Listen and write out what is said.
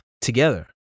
together